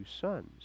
sons